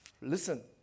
Listen